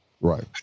right